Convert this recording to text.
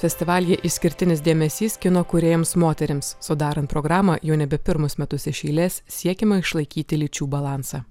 festivalyje išskirtinis dėmesys kino kūrėjams moterims sudarant programą jau nebe pirmus metus iš eilės siekiama išlaikyti lyčių balansą